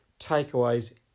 takeaways